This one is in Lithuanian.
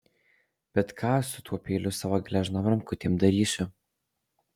bet ką aš su tuo peiliu savo gležnom rankutėm darysiu